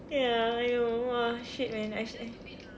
ya !aiyo! !wah! shit man I should have